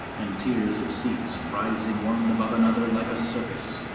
and tiers of seats rising one above another like a circus.